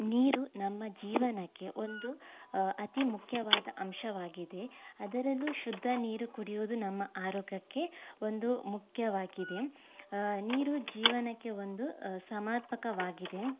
ನೀರು ನಮ್ಮ ಜೀವನಕ್ಕೆ ಒಂದು ಅತೀ ಮುಖ್ಯವಾದ ಅಂಶವಾಗಿದೆ ಅದರಲ್ಲು ಶುದ್ಧ ನೀರು ಕುಡಿಯುವುದು ನಮ್ಮ ಆರೋಗ್ಯಕ್ಕೆ ಒಂದು ಮುಖ್ಯವಾಗಿದೆ ನೀರು ಜೀವನಕ್ಕೆ ಒಂದು ಸಮರ್ಪಕವಾಗಿದೆ